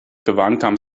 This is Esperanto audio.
kvankam